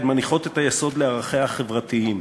הן מניחות את היסוד לערכיה החברתיים.